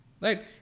Right